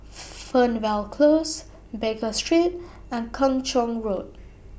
Fernvale Close Baker Street and Kung Chong Road